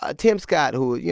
ah tim scott who,